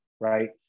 right